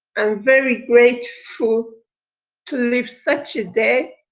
and very grateful to live such a day,